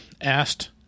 asked